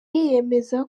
yemeza